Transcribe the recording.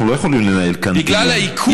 אנחנו לא יכולים לנהל כאן דיון.